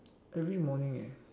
every morning ah